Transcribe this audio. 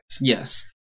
yes